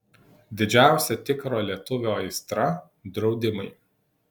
didžiausia tikro lietuvio aistra draudimai